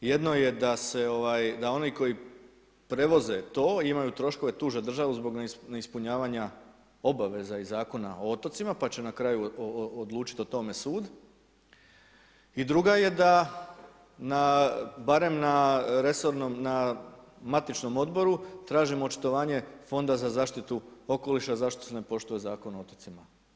Jedno je da se oni koji prevoze to, imaju troškove, tuže državu zbog neispunjavanju obaveza iz Zakona o otocima, pa će na kraju odučiti o tome sud, i druga je da barem na matičnom odboru tražim očitovanje fonda za zaštitu okoliša, zašto ne poštuje Zakon o otocima.